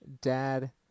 dad